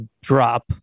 drop